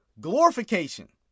Glorification